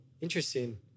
interesting